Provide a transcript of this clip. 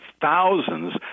thousands